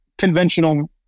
Conventional